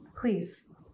Please